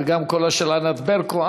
וגם קולה של ענת ברקו.